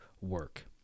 work